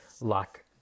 luck